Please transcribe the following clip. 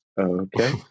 Okay